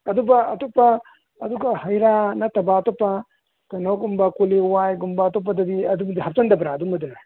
ꯑꯗꯨꯒ ꯑꯇꯣꯞꯄ ꯑꯗꯨꯒ ꯍꯩꯔꯥ ꯅꯠꯇꯕ ꯑꯇꯣꯞꯄ ꯀꯩꯅꯣꯒꯨꯝꯕ ꯀꯣꯂꯤ ꯍꯋꯥꯏꯒꯨꯝꯕ ꯑꯇꯣꯞꯄꯗꯗꯤ ꯑꯗꯨꯝꯕꯗꯤ ꯍꯥꯞꯆꯤꯟꯗꯕ꯭ꯔꯥ ꯑꯗꯨꯝꯕꯗꯤ